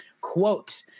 Quote